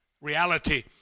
Reality